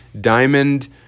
Diamond